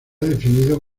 definido